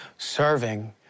serving